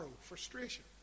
frustration